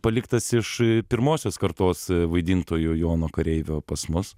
paliktas iš pirmosios kartos vaidintojų jono kareivio pas mus